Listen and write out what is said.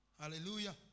hallelujah